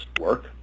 work